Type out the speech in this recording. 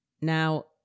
Now